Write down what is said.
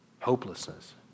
hopelessness